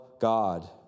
God